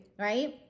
right